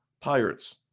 Pirates